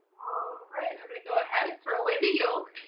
all right, and i'm going to go ahead and throw away the yolk.